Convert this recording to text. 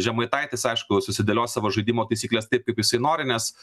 žemaitaitis aišku susidėlios savo žaidimo taisykles taip kaip jisai nori nes